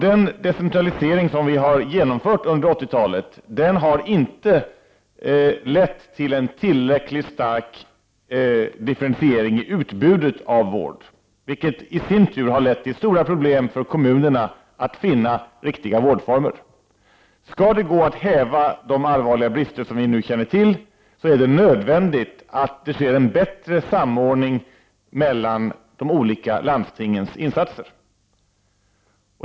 Den decentralisering som vi har genomfört under 80-talet har inte lett till en tillräckligt stark differentiering av utbudet av vård, vilket i sin tur har lett till stora problem för kommunerna att finna riktiga vårdformer. Skall det gå att häva de allvarliga brister som vi nu känner till, är det nödvändigt att det sker en bättre samordning mellan de olika landstingens insatser.